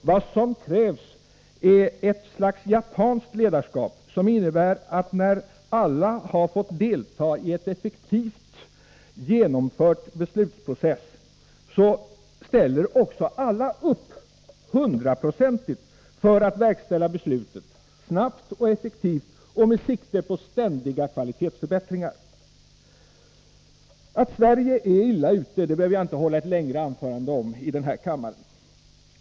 Vad som krävs är ett slags ”japanskt” ledarskap, som innebär att när alla har fått delta i en effektivt genomförd beslutsprocess, så ställer alla också upp hundraprocentigt för att verkställa beslutet, snabbt och effektivt och med sikte på ständiga kvalitetsförbättringar. Att Sverige är illa ute behöver jag inte hålla ett längre anförande om i den här kammaren.